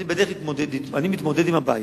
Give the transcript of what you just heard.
אני מתמודד עם הבעיה,